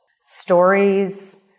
stories